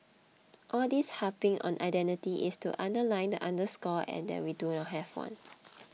all this harping on identity is to underline and underscore and that we do not have one